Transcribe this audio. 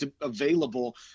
available